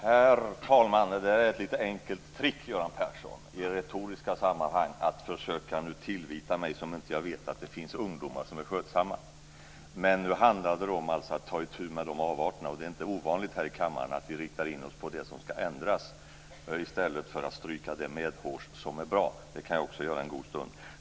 Herr talman! Det är ett lite enkelt trick, Göran Persson, i retoriska sammanhang att försöka tillvita mig att jag inte vet att det finns ungdomar som är skötsamma. Nu handlade det alltså om att ta itu med avarterna. Det är inte ovanligt här i kammaren att vi riktar in oss på det som ska ändras i stället för att stryka det medhårs som är bra. Det kan jag också göra en god stund.